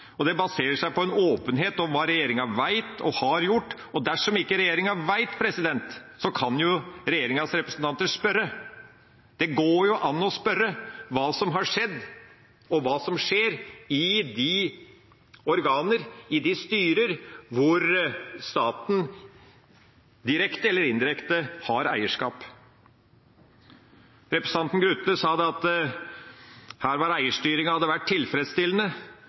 Det baserer seg på en åpenhet om hva regjeringa vet og har gjort. Og dersom regjeringa ikke vet, så kan regjeringas representanter spørre! Det går jo an å spørre om hva som har skjedd, og hva som skjer i de organer og i de styrer hvor staten direkte eller indirekte har eierskap. Representanten Grutle sa at her hadde eierstyringa vært tilfredsstillende.